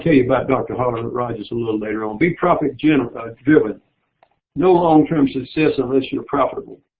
you about dr. harlan rogers a little later on. be profit you know driven. no long term success unless you're profitable.